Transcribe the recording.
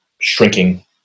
shrinking